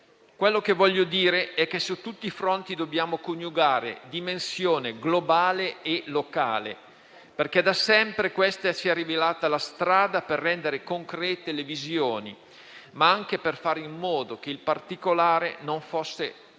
del PNRR. Voglio dire che su tutti i fronti dobbiamo coniugare dimensione globale e locale perché da sempre questa si è rivelata la strada per rendere concrete le visioni, ma anche per fare in modo che il particolare non fosse del